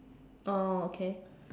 oh okay